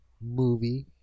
movie